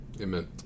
Amen